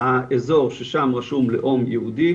האזור ששם רשום לאום יהודי,